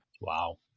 Wow